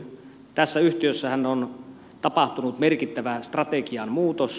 tässä yhtiössähän on tapahtunut merkittävä strategian muutos